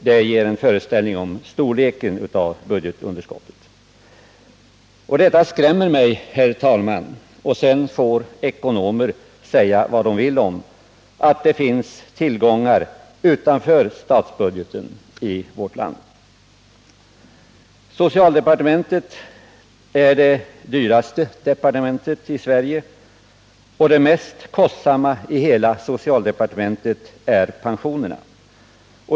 Det ger en föreställning om storleken av budgetunderskottet. Detta skrämmer mig, herr talman, och sedan får ekonomer säga vad de vill om att det finns tillgångar utanför statsbudgeten i vårt land. Socialdepartementet är det dyraste departementet i Sverige, och det mest kostsamma i hela socialdepartementet är pensionerna.